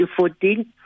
2014